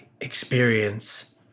experience